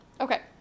Okay